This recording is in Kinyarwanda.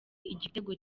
igitego